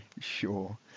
Sure